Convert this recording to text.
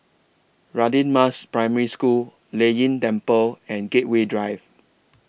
Radin Mas Primary School Lei Yin Temple and Gateway Drive